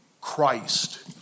Christ